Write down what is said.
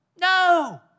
No